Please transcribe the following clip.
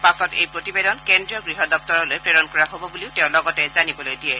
পাছত এই প্ৰতিবেদন কেন্দ্ৰীয় গৃহ দপ্তৰলৈ গ্ৰেৰণ কৰা হ'ব বুলিও তেওঁ লগতে জানিবলৈ দিয়ে